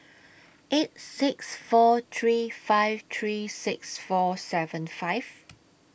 eight six four three five three six four seven five